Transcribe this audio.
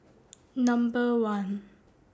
Number one